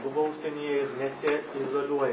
buvo užsieny ir nesiizoliuoja